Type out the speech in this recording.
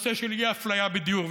הנושא של אי-אפליה בדיור?